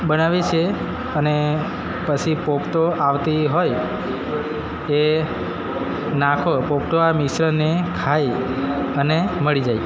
બનાવે છે અને પછી પોખતો આવતી હોય એ નાખો પોખતો આ મિશ્રણને ખાઈ જાય અને મરી જાય